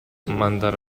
mandare